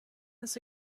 this